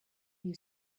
you